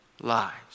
lives